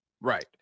Right